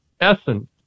essence